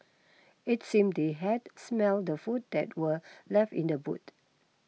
it seemed they had smelt the food that were left in the boot